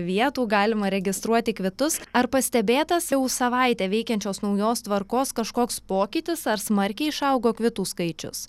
vietų galima registruoti kvitus ar pastebėtas jau savaitę veikiančios naujos tvarkos kažkoks pokytis ar smarkiai išaugo kvitų skaičius